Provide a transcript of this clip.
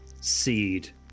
seed